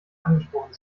angesprochen